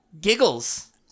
giggles